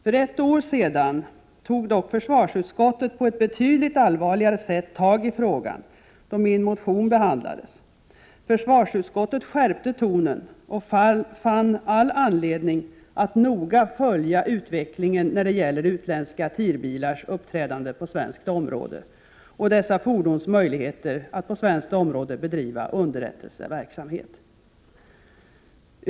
För ett år sedan tog dock försvarsutskottet på ett betydligt allvarligare sätt tag i frågan, då min motion behandlades. Försvarsutskottet skärpte tonen och fann all anledning att noga följa utvecklingen när det gäller utländska TIR-bilars uppträdande på svenskt område och dessa fordons möjligheter att på svenskt område bedriva underrättelseverksamhet.